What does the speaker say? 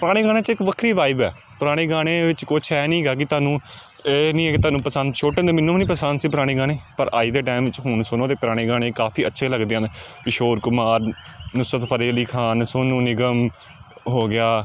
ਪੁਰਾਣੇ ਗਾਣਿਆਂ 'ਚ ਇੱਕ ਵੱਖਰੀ ਵਾਈਬ ਆ ਪੁਰਾਣੇ ਗਾਣੇ ਵਿੱਚ ਕੁਛ ਇਹ ਨਹੀਂ ਗਾ ਕਿ ਤੁਹਾਨੂੰ ਇਹ ਨਹੀਂ ਕਿ ਤੁਹਾਨੂੰ ਪਸੰਦ ਛੋਟੇ ਹੁੰਦੇ ਮੈਨੂੰ ਵੀ ਨਹੀਂ ਪਸੰਦ ਸੀ ਪੁਰਾਣੇ ਗਾਣੇ ਪਰ ਅੱਜ ਦੇ ਟਾਈਮ ਵਿੱਚ ਹੁਣ ਸੁਣੋ ਤਾਂ ਪੁਰਾਣੇ ਗਾਣੇ ਕਾਫੀ ਅੱਛੇ ਲੱਗਦੇ ਹਨ ਕਿਸ਼ੋਰ ਕੁਮਾਰ ਨੁਸਰਤ ਫਤਿਹ ਅਲੀ ਖਾਨ ਸੋਨੂੰ ਨਿਗਮ ਹੋ ਗਿਆ